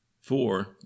Four